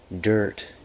Dirt